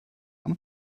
come